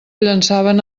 llançaven